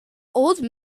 old